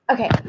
Okay